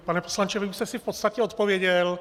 Pane poslanče, vy už jste si v podstatě odpověděl.